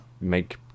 make